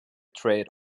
trade